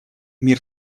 мир